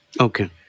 Okay